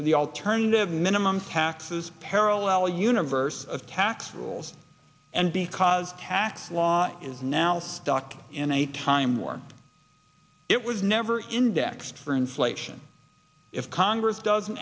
to the alternative minimum tax is a parallel universe of tax rules and because tax law is now stuck in a time where it was never indexed for inflation if congress doesn't